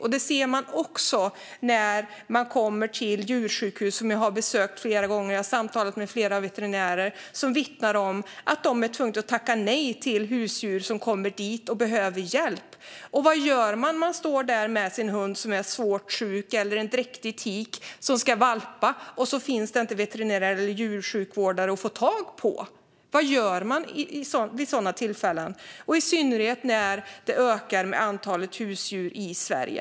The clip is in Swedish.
Jag har flera gånger besökt djursjukhus och samtalat med veterinärer, och de vittnar om att de måste säga nej till husdjur som behöver hjälp. Vad gör man med en sjuk hund eller en dräktig tik som ska valpa när det inte finns veterinärer och djursjukvårdare? Vad gör man vid sådana tillfällen? Nu ökar dessutom antalet husdjur i Sverige.